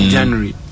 January